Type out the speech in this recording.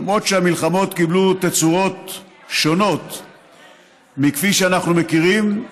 למרות שהמלחמות קיבלו תצורות שונות מכפי שאנחנו מכירים.